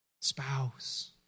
spouse